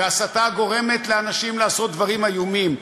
והסתה גורמת לאנשים לעשות דברים איומים,